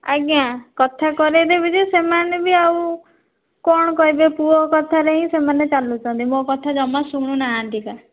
ଆଜ୍ଞା କଥା କରାଇଦେବି ଯେ ସେମାନେ ବି ଆଉ କ'ଣ କହିବେ ପୁଅ କଥାରେ ହିଁ ସେମାନେ ଚାଲୁଛନ୍ତି ମୋ କଥା ଯମା ଶୁଣୁନାହାନ୍ତି ଏକା